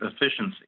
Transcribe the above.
efficiency